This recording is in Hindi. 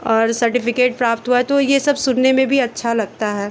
और सर्टिफ़िकेट प्राप्त हुआ है तो ये सब सुनने में भी अच्छा लगता है